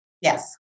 Yes